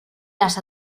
las